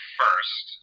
first